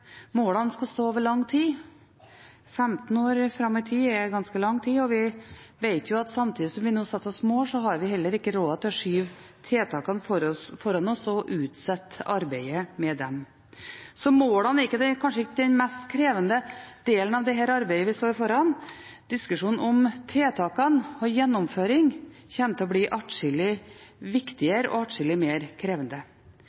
målene skal stå over lang tid – 15 år fram i tid er ganske lang tid, og vi vet at samtidig som vi nå setter oss mål, har vi heller ikke råd til å skyve tiltakene foran oss og utsette arbeidet med dem. Målene er kanskje ikke den mest krevende delen av det arbeidet vi står foran. Diskusjonen om tiltakene og gjennomføring kommer til å bli atskillig viktigere og atskillig mer krevende.